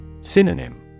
Synonym